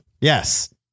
Yes